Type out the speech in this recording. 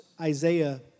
Isaiah